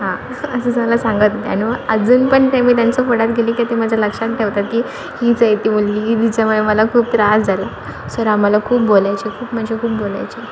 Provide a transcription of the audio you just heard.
हां असं सगळं सांगत होते आणि मग अजून पण ते मी त्यांच्या पुढ्यात गेले की ते माझं लक्षात ठेवतात् की हीच आहे ती मुलगी की जिच्यामुळे मला खूप त्रास झाला सर आम्हाला खूप बोलायचे खूप म्हणजे खूप बोलायचे